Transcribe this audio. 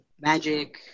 magic